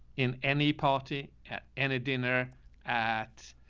in any party at any dinner at